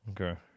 Okay